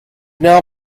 now